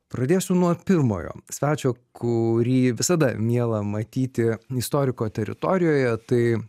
pradėsiu nuo pirmojo svečio kurį visada miela matyti istoriko teritorijoje tai